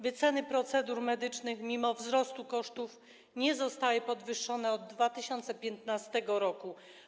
Wyceny procedur medycznych mimo wzrostu kosztów nie zostały podwyższone od 2015 r.